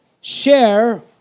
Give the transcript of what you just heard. share